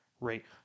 rate